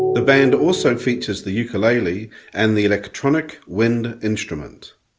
the band also features the ukulele and the electronic wind instrument